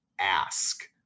ask